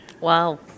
wow